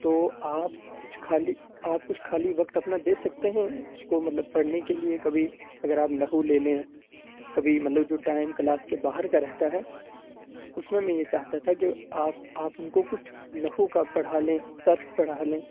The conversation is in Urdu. تو آپ کچھ خالی آپ کچھ خالی وقت اپنا دے سکتے ہیں اس کو مطلب پڑھنے کے لیے کبھی اگر آپ نحو لے لیں کبھی مطلب جو ٹائم کلاس کے باہر کا رہتا ہے اس میں میں یہ چاہتا تھا کہ آپ آپ ان کو کچھ نحو کا پڑھا لیں صرف پڑھا لیں